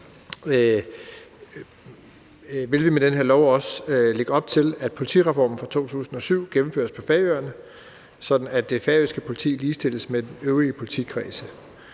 der med det her lovforslag også op til, at politireformen fra 2007 gennemføres på Færøerne, sådan at det færøske politi ligestilles med de øvrige politikredse,